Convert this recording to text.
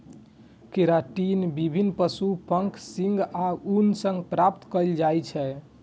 keratin विभिन्न पशुक पंख, सींग आ ऊन सं प्राप्त कैल जाइ छै